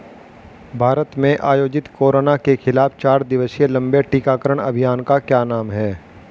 भारत में आयोजित कोरोना के खिलाफ चार दिवसीय लंबे टीकाकरण अभियान का क्या नाम है?